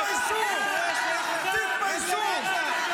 תתביישו, תתביישו.